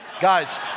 Guys